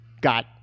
Got